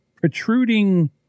protruding